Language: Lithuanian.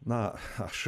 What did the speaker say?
na aš